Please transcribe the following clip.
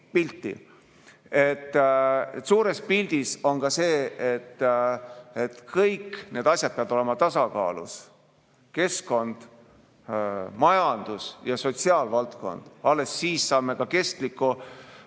pilti. Suures pildis on ka see, et kõik need asjad peavad olema tasakaalus: keskkond, majandus ja sotsiaalvaldkond. Alles siis me saame kestliku